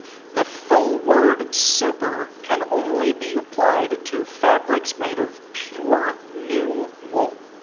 the full word super can only be applied to fabrics made of pure new wool.